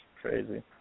crazy